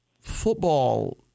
football